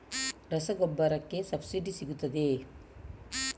ರಸಗೊಬ್ಬರಕ್ಕೆ ಸಬ್ಸಿಡಿ ಸಿಗುತ್ತದೆಯೇ?